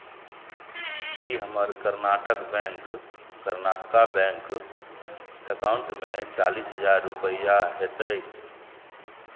की हमर Karnataka bank Karnataka bank एकाउंटमे चालीस हजार रुपैआ हेतैक